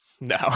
No